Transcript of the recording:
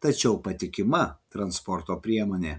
tačiau patikima transporto priemonė